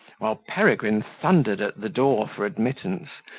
while peregrine thundered at the door for admittance,